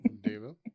David